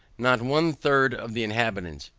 not one third of the inhabitants,